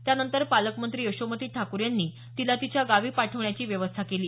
त्यानंतर पालकमंत्री यशोमती ठाकूर यांनी तिला तिच्या गावी पाठवण्याची व्यवस्था केली